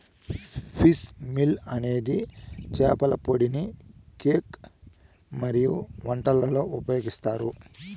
fish meal అనేది చేపల పొడిని కేక్ మరియు వంటలలో ఉపయోగిస్తారు